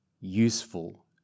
useful